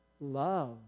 Love